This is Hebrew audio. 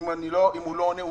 אם הוא לא עונה,